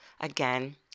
Again